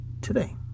today